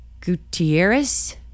Gutierrez